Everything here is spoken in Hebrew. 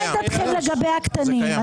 מה עמדתכם לגבי הקטנים?